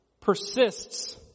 persists